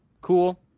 cool